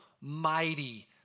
mighty